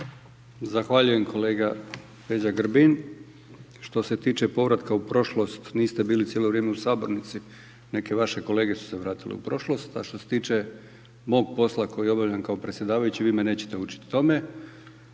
Zahvaljujem kolega Peđa Grbin. Što se tiče povratka u prošlost niste bili cijelo vrijeme u sabornici, neke vaše kolege su se vratile u prošlost. A što se tiče mog posla koji obavljam kao predsjedavajući vi me nećete učiti o tome.